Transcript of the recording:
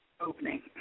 Opening